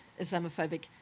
Islamophobic